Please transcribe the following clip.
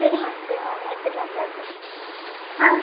சரி மேம் சரி மேம் எடுத்துகிட்டு வந்துடுறேன் ஆ